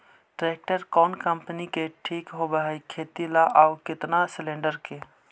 Tractor कोन company के ठीक होब है खेती ल औ केतना सलेणडर के?